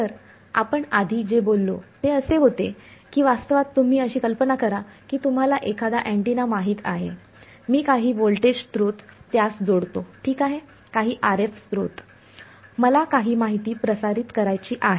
तर आपण आधी जे बोललो ते असे होते की वास्तवात तुम्ही अशी कल्पना करा की तुम्हाला एखादा अँटिना माहित आहे मी काही व्होल्टेज स्त्रोत त्यास जोडतो ठीक आहे काही RF स्त्रोत मला काही माहिती प्रसारित करायची आहे